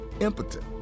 impotent